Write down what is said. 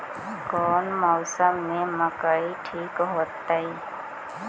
कौन मौसम में मकई ठिक होतइ?